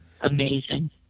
amazing